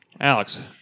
Alex